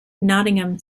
nottingham